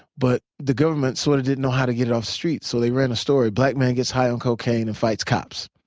but the government sort of didn't know how to get it off the streets. so they ran a story, black man gets high on cocaine and fights cops.